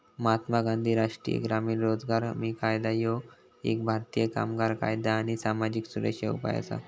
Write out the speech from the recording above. महात्मा गांधी राष्ट्रीय ग्रामीण रोजगार हमी कायदा ह्यो एक भारतीय कामगार कायदा आणि सामाजिक सुरक्षा उपाय असा